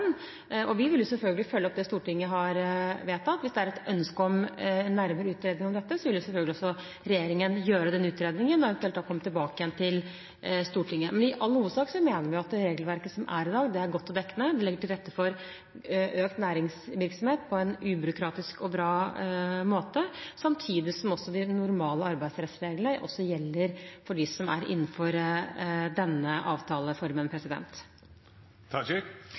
den. Vi vil selvfølgelig følge opp det Stortinget har vedtatt. Hvis det er ønske om en nærmere utredning om dette, vil regjeringen selvfølgelig gjøre den utredningen og eventuelt komme tilbake igjen til Stortinget. Men i all hovedsak mener vi at regelverket som er i dag, er godt og dekkende. Det legger til rette for økt næringsvirksomhet på en ubyråkratisk og bra måte, samtidig som de normale arbeidsrettsreglene også gjelder for dem som er innenfor denne avtaleformen.